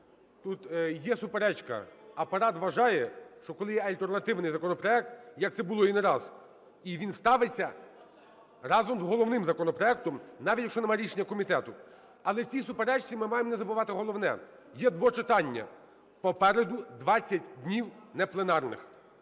Тут є суперечка. Апарат вважає, що коли є альтернативний законопроект, як це було і не раз, і він ставиться разом з головним законопроектом, навіть якщо нема рішення комітету. Але в цій суперечці ми маємо не забувати головне – є двочитання, попереду 20 днів непленарних.